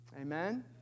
Amen